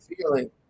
feeling